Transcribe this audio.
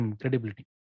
credibility